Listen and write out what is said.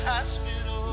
Hospital